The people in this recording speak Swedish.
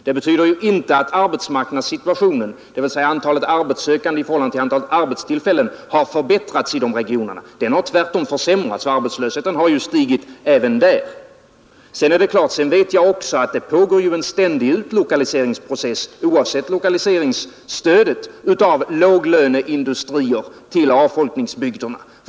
Det betyder inte att arbetsmarknadssituationen, dvs. antalet arbetssökande i förhållande till antalet arbetstillfällen, har förbättrats i de regionerna. Den har tvärtom försämrats, och arbetslösheten har stigit även där. Jag vet också att det pågår en ständig utlokalisering, oavsett lokaliseringsstödet, av låglöneindustrier till avfolkningsbygderna.